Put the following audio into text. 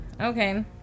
Okay